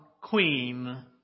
queen